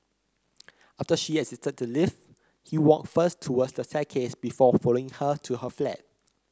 after she exited the lift he walked first towards the staircase before following her to her flat